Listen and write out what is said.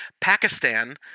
Pakistan